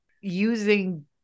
using